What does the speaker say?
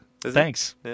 Thanks